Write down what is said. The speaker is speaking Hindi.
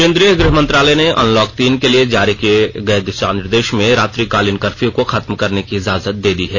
केंद्रीय गृह मंत्रालय ने अनलॉक तीन के लिए जारी किए गए नए दिशा निर्देश में रात्रिकालीन कर्फ्यू को खत्म करने की इजाजत दे दी है